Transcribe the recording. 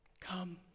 come